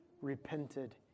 repented